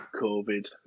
Covid